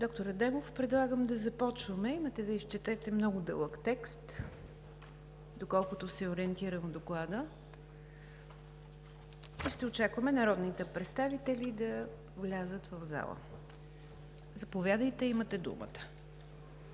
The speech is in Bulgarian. Доктор Адемов, предлагам да започваме. Имате да изчетете много дълъг текст, доколкото се ориентирам в Доклада, и ще очакваме народните представители да влязат в залата. Заповядайте, имате думата.